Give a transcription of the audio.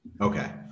Okay